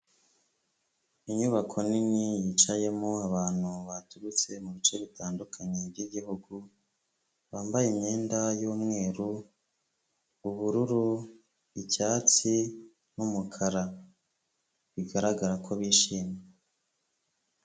Inyubako nini yicayemo abantu baturutse mu bice bitandukanye by'igihugu, bambaye imyenda y'umweru n'ubururu, icyatsi n'umukara, bigaragara ko bishimye.